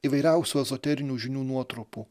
įvairiausių ezoterinių žinių nuotrupų